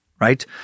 right